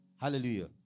Hallelujah